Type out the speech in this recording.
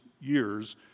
years